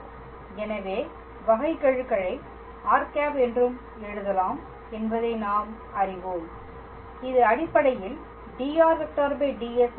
எனவே வகைக்கெழுகளை r என்றும் எழுதலாம் என்பதை நாம் அறிவோம் இது அடிப்படையில் dr ds ஆகும்